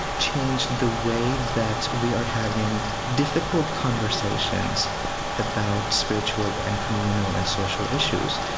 changed the way that we are having difficult conversations about spiritual and communal and social issues.